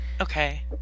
Okay